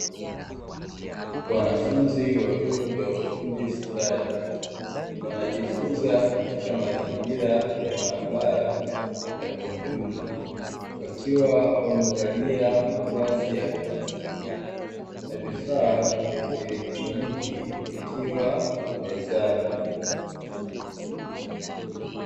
Wanafunzi wa vyuo vya ufundi stadi wanajifunza katika mazingira ya maabara ya kompyuta, wakiwa wamevalia mavazi ya kazi na vifaa vya kieletroniki vikiwa mezani.